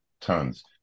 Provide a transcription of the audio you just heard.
tons